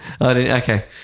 Okay